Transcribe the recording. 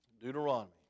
Deuteronomy